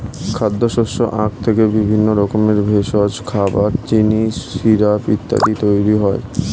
খাদ্যশস্য আখ থেকে বিভিন্ন রকমের ভেষজ, খাবার, চিনি, সিরাপ ইত্যাদি তৈরি হয়